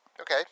Okay